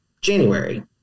January